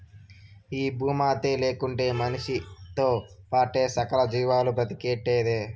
ఈ భూమాతే లేకుంటే మనిసితో పాటే సకల జీవాలు బ్రతికేదెట్టా